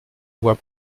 voit